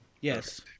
Yes